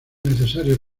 necesario